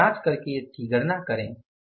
अब आप जाँच करके इसकी गणना करें